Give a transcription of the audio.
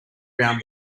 round